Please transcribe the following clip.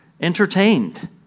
entertained